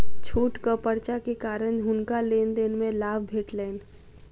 छूटक पर्चा के कारण हुनका लेन देन में लाभ भेटलैन